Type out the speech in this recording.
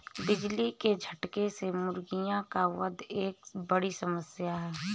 बिजली के झटके से मुर्गियों का वध एक बड़ी समस्या है